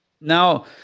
Now